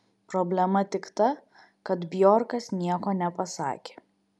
problema tik ta kad bjorkas nieko nepasakė